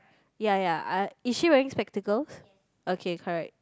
ya ya is she wearing spectacles okay correct